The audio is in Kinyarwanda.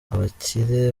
abakire